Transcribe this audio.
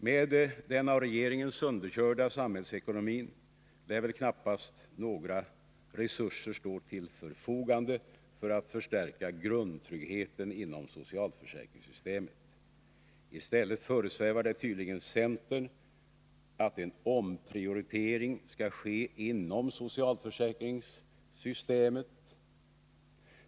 Med den av regeringen sönderkörda samhällsekonomin lär väl knappast några resurser stå till förfogande för att förstärka grundtryggheten inom socialförsäkringssystemet. I stället föresvävar det tydligen centern att en omprioritering skall ske inom socialförsäkringssystemet.